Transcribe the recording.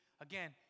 Again